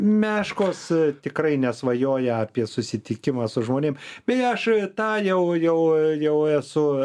meškos tikrai nesvajoja apie susitikimą su žmonėm bei aš tą jau jau jau esu